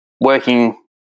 working